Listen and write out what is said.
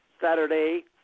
Saturday